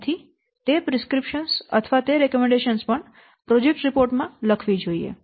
તેથી તે પ્રિસ્ક્રિપ્શનો અથવા તે ભલામણ પણ પ્રોજેક્ટ રિપોર્ટ માં લખવી જોઈએ